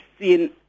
seen